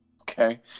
Okay